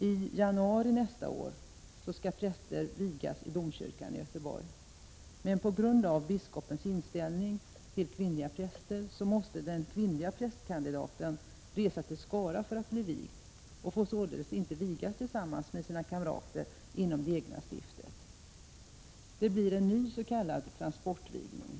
I januari nästa år skall präster vigas i domkyrkan i Göteborg, men på grund av biskopens inställning till kvinnliga präster måste den kvinnliga prästkandidaten resa till Skara för att bli vigd och får således inte vigas tillsammans med sina kamrater i det egna stiftet. Det blir en ny s.k. transportvigning.